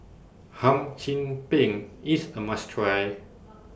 Hum Chim Peng IS A must Try